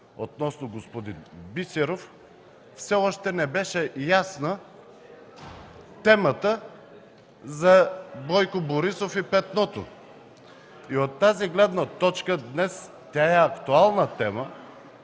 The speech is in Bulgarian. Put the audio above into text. относно господин Бисеров, все още не беше ясна темата за Бойко Борисов и Петното. От тази гледна точка днес тя е актуална. За